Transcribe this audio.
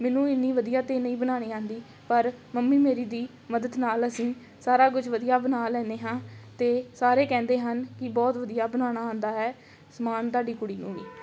ਮੈਨੂੰ ਇੰਨੀ ਵਧੀਆ ਤਾਂ ਨਹੀਂ ਬਣਾਉਣੀ ਆਉਂਦੀ ਪਰ ਮੰਮੀ ਮੇਰੀ ਦੀ ਮਦਦ ਨਾਲ ਅਸੀਂ ਸਾਰਾ ਕੁਛ ਵਧੀਆ ਬਣਾ ਲੈਂਦੇ ਹਾਂ ਅਤੇ ਸਾਰੇ ਕਹਿੰਦੇ ਹਨ ਕਿ ਬਹੁਤ ਵਧੀਆ ਬਣਾਉਣਾ ਆਉਂਦਾ ਹੈ ਸਮਾਨ ਤੁਹਾਡੀ ਕੁੜੀ ਨੂੰ ਵੀ